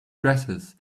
dresses